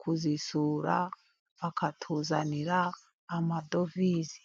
kuzisura bakatuzanira amadovizi.